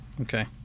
Okay